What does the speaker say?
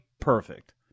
perfect